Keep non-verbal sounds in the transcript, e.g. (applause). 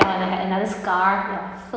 (noise) and I had another scar ya so